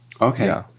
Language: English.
Okay